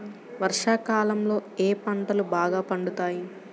వర్షాకాలంలో ఏ పంటలు బాగా పండుతాయి?